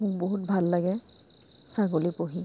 মোৰ বহুত ভাল লাগে ছাগলী পুহি